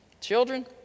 Children